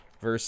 versus